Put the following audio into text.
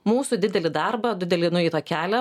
mūsų didelį darbą didelį nueitą kelią